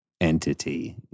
entity